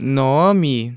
nome